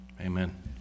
amen